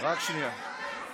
זה שד עדתי.